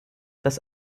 dass